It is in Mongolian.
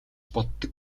боддог